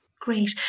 great